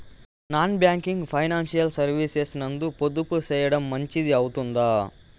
Non banking financial services నందు పొదుపు సేయడం మంచిది అవుతుందా?